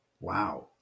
Wow